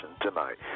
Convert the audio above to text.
tonight